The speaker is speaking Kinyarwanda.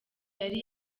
yari